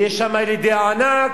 ויש שם ילידי ענק,